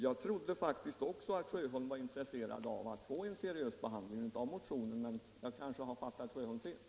Jag trodde faktiskt att herr Sjöholm också var intresserad av att få en seriös behandling av motionen, men jag har kanske fattat herr Sjöholm fel.